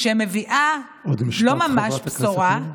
לא ממש בשורה, עוד משפט, חברת הכנסת ניר.